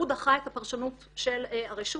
הוא דחה את הפרשנות של הרשות,